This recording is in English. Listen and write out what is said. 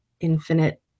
infinite